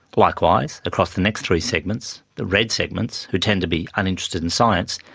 likewise, across the next three segments the red segments, who tend to be uninterested in science,